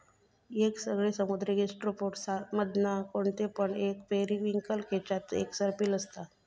येगयेगळे समुद्री गैस्ट्रोपोड्स मधना कोणते पण एक पेरिविंकल केच्यात एक सर्पिल असता